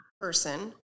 person